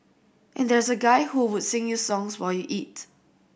and there's a guy who would sing you songs while you eat